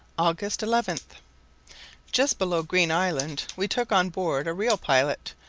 august eleven just below green island we took on board a real pilot,